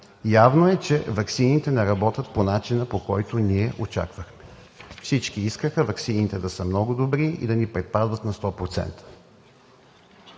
Явно е, че ваксините не работят по начина, по който ние очаквахме. Всички искаха ваксините да са много добри и да ни предпазват на 100%.